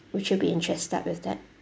would you be interested with that